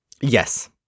Yes